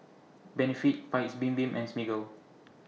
Benefit Paik's Bibim and Smiggle